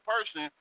person